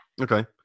Okay